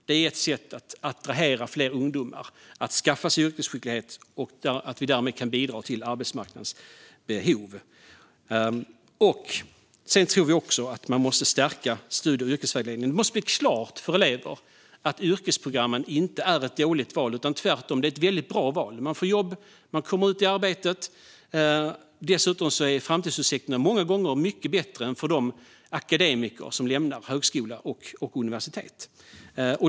Detta är ett sätt att attrahera fler ungdomar och få dem att skaffa sig mer yrkesskicklighet och därmed bidra till arbetsmarknadens behov. Sedan tror vi att studie och yrkesvägledningen måste stärkas. Det måste stå klart för eleverna att yrkesprogrammen inte är ett dåligt val utan tvärtom är ett väldigt bra val. Man får jobb och kommer ut i arbetslivet, och dessutom är framtidsutsikterna många gånger mycket bättre än för de akademiker som lämnar högskolor och universitet.